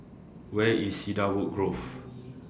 Where IS Cedarwood Grove